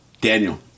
Daniel